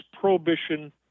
Prohibition